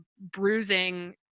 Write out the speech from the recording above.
bruising